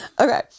Okay